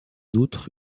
outre